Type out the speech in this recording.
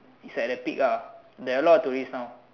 it's at the peak ah there are a lot of tourist now